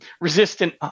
resistant